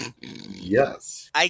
Yes